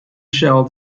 shell